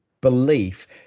belief